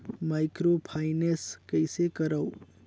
Microfinance कइसे करव?